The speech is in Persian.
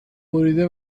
بریده